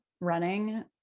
running